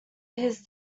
his